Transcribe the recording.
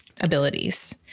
abilities